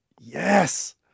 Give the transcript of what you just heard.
yes